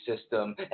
system